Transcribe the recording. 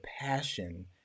passion